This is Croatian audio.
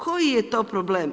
Koji je to problem?